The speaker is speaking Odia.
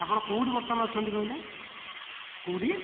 ଆପଣ କେଉଁଠି ବର୍ତ୍ତମାନ ଅଛନ୍ତି କହିଲେ କେଉଁଠି